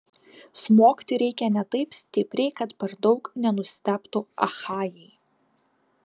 smogti reikia ne taip stipriai kad per daug nenustebtų achajai